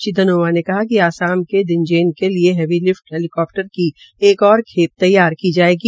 श्री घनौआ ने कहा कि आसाम के दिनजेन के लिए हैवी लिफट हैलीकप्टर की एक और खे तैयार की जायेगी